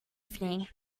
evening